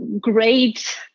great